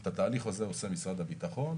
את התהליך הזה עושה משרד הביטחון,